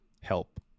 help